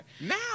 Now